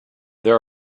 there